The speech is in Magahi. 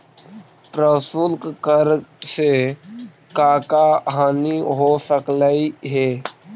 प्रशुल्क कर से का का हानि हो सकलई हे